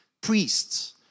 priests